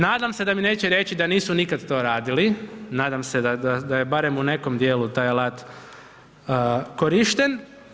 Nadam se da mi neće reći da nisu nikad to radili, nadam se da je barem u nekom dijelu taj alat korišten.